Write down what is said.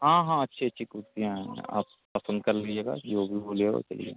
हाँ हाँ अच्छी अच्छी कुर्सियाँ हैं आप पसंद कर लीजिएगा जो भी बोलिएगा वह चलिए